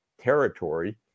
territory